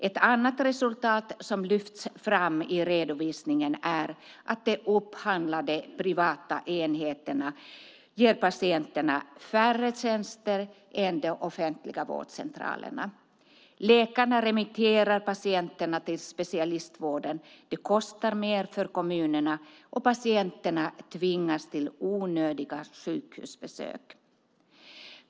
Ett annat resultat som lyfts fram i redovisningen är att de upphandlade privata enheterna ger patienterna färre tjänster än de offentliga vårdcentralerna. Läkarna remitterar patienterna till specialistvården. Detta kostar mer för kommunerna, och patienterna tvingas till onödiga sjukhusbesök.